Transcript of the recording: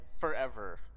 forever